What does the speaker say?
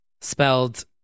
spelled